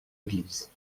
église